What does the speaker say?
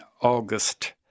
August